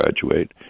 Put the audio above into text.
graduate